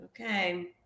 okay